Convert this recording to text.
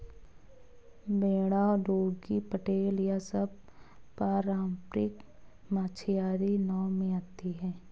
बेड़ा डोंगी पटेल यह सब पारम्परिक मछियारी नाव में आती हैं